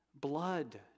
Blood